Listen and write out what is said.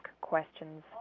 questions